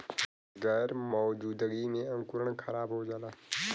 गैर मौजूदगी में अंकुरण खराब हो जाला